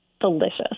delicious